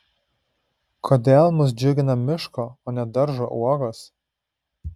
kodėl mus džiugina miško o ne daržo uogos